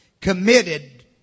Committed